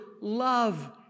love